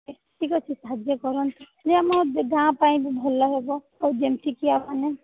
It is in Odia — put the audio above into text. ଠିକ୍ ଅଛି ସାହାଯ୍ୟ କରନ୍ତୁ ଯେ ଆମ ଗାଁ ପାଇଁ ବି ଭଲ ହେବ ଆଉ ଯେମିତିକି